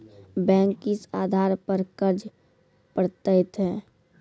Bank किस आधार पर कर्ज पड़तैत हैं?